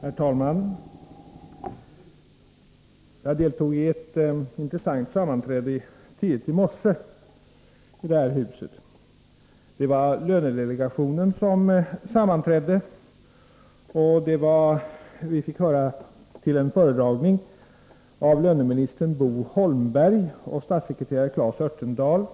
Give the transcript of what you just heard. Herr talman! Jag deltog i ett intressant sammanträde här i huset tidigt i morse. Det var lönedelegationen som sammanträdde. Vi fick höra en föredragning att löneminister Bo Holmberg och statssekreterare Claes Örtendahl